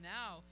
now